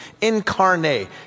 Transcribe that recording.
incarnate